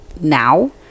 now